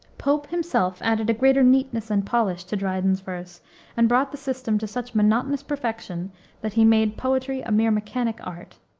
pope himself added a greater neatness and polish to dryden's verse and brought the system to such monotonous perfection that he made poetry a mere mechanic art.